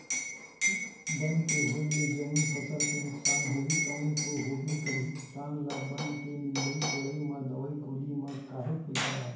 बन के होय ले जउन फसल के नुकसान होही तउन तो होबे करही किसान ल बन के निंदई कोड़ई म दवई गोली म काहेक पइसा लागथे